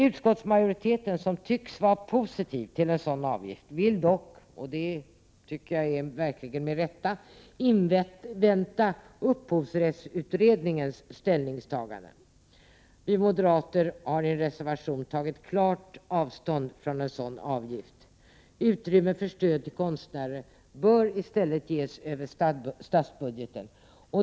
Utskottsmajoriteten, som tycks vara positiv till en sådan avgift, vill dock — verkligen med rätta — invänta upphovsrättsutredningens ställningstagande. Vi moderater har i reservation klart tagit avstånd från en sådan avgift. Utrymme för stöd till konstnärer bör i stället ges över statsbudgeten.